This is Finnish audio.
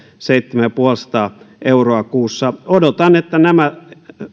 se seitsemänsataaviisikymmentä euroa kuussa odotan että nämä